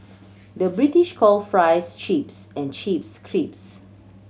the British call fries chips and chips crisps